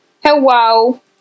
Hello